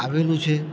આવેલું છે